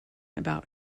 about